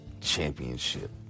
Championship